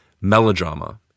melodrama